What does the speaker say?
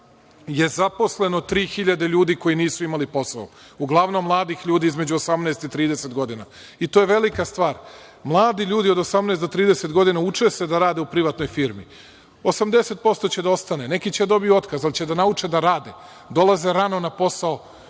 je zaposleno tri hiljade ljudi koji nisu imali posao, uglavnom mladih ljudi između 18 i 30 godina i to je velika stvar. Mladi ljudi od 18 do 30 godina uče se da rade uprivatnoj firmi. Ostaće 80%. Neki će da dobiju otkaz, ali će da nauče da rade, dolaze rano na posao,